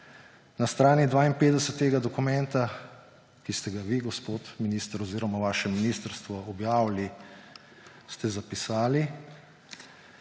Na strani 52 tega dokumenta, ki ste ga vi, gospod minister, oziroma vaše ministrstvo objavili, ste zapisali: